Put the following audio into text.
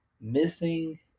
missing